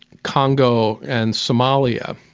congo and somalia.